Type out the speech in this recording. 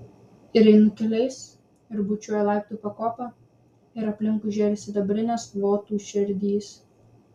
ir einu keliais ir bučiuoju laiptų pakopą ir aplinkui žėri sidabrinės votų širdys